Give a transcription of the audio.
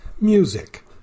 Music